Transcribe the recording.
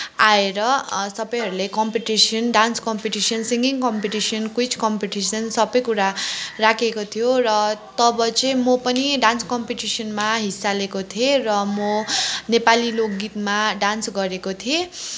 आएर सबैहरूले competition dance competition singing competition quiz competition सबै कुरा राखेको थियो र तब चाहिँ म पनि डान्स कम्पिटिसनमा हिस्सा लिएको थिएँ र म नेपाली लोकगीतमा डान्स गरेको थिएँ